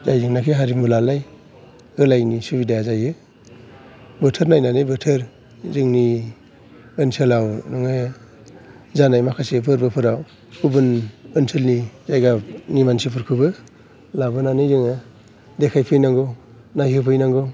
जायजोंनाखि हारिमु लालाय होलायनि सुबिदाया जायो बोथोर नायनानै बोथोर जोंनि ओनसोलाव नोङो जानाय माखासे फोरबोफोराव गुबुन ओनसोलनि जायगानि मानसिफोरखौबो लाबोनानै जोङो देखायफैनांगौ नायहोफैनांगौ